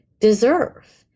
deserve